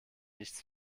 nichts